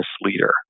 leader